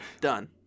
done